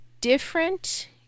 different